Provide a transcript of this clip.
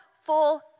full